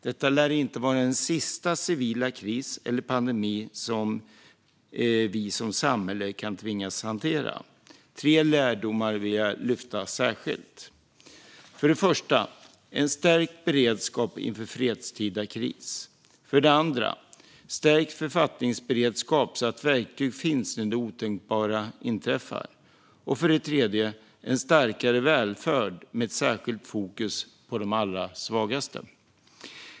Detta lär inte vara den sista civila kris eller pandemi som vi som samhälle tvingas hantera. Tre lärdomar vill jag lyfta fram särskilt. För det första: en stärkt beredskap inför fredstida kris. För det andra: stärkt författningsberedskap så att verktyg finns när det otänkbara inträffar. Och för det tredje: en starkare välfärd med ett särskilt fokus på de allra svagaste.